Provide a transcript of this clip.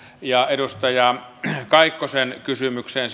edustaja kaikkosen kysymykseen